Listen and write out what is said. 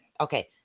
okay